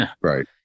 Right